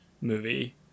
movie